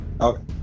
Okay